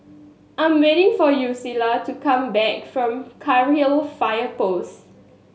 I'm waiting for Yulissa to come back from Cairnhill Fire Post